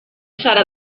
serà